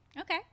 Okay